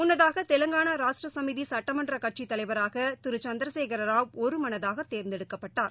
முன்னதாக தெலங்கானா ராஷ்ட்ரசமிதிசட்டமன்றக் கட்சித்தலைவராகதிருசந்திரசேகரராவ் ஒருமனதாகதேர்ந்தெடுக்கப்பட்டார்